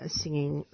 singing